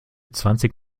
zwanzig